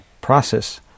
process